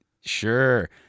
Sure